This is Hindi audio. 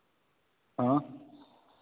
हाँ